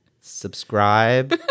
Subscribe